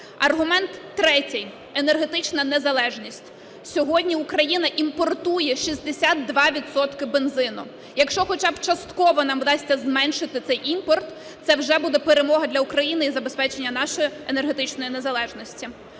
Аргумент третій – енергетична незалежність. Сьогодні Україна імпортує 62 відсотки бензину. Якщо хоча б частково нам вдасться зменшити цей імпорт, це вже буде перемога для України і забезпечення нашої енергетичної незалежності.